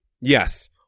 Yes